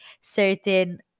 certain